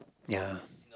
ya